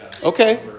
Okay